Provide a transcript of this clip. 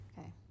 Okay